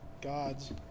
gods